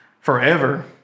forever